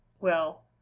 Well